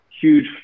huge